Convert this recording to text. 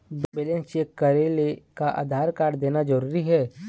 Balance check करेले का Aadhaar card देना जरूरी हे?